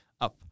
up